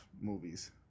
movies